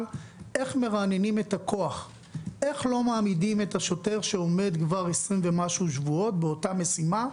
היא איך לא מעמידים את השוטר שעומד כבר 20 ומשהו שבועות באותה משימה,